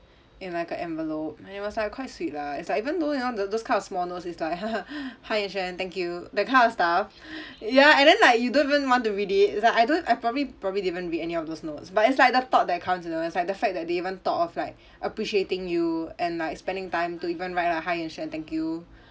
in like a envelope and it was like quite sweet lah it's like even though you know tho~ those kind of small notes is like hi yen shan thank you that kind of stuff ya and then like you don't even want to read it it's like I don't I probably probably didn't read any of those notes but it's like the thought that counts you know it's like the fact that they even thought of like appreciating you and like spending time to even write a hi yen shan thank you